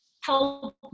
help